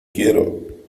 quiero